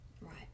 Right